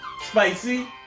Spicy